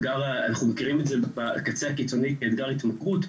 אנחנו מכירים את זה בקצה הקיצוני כאתגר התמכרות,